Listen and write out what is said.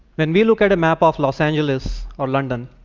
when we look at a map of los angeles or london,